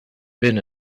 been